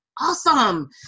awesome